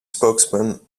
spokesman